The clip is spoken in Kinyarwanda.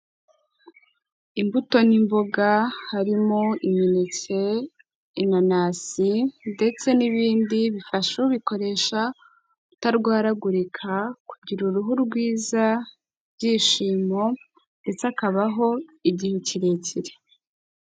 Imbuto n'imboga harimo imineke, inanasi ndetse n'ibindi bifasha ubikoresha kutarwaragurika, kugira uruhu rwiza, ibyishimo ndetse akabaho igihe kirekire.